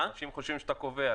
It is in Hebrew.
אנשים חושבים שאתה קובע.